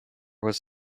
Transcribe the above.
was